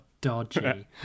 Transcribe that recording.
dodgy